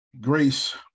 Grace